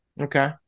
Okay